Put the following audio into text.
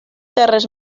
terres